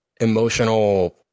emotional